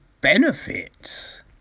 benefits